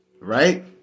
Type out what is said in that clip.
right